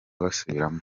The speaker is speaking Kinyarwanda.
basubiramo